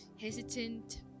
hesitant